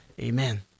amen